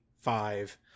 five